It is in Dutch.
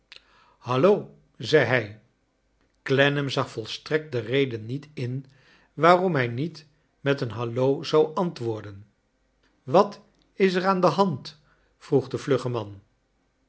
hallot zei hij clennam zag volstrekt de reden niet in waarom hij niet met een hallo zou antwoorden wat is er aan de hand vroeg de vlugge man